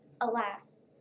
alas